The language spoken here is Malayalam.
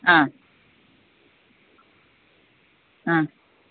ആ ആ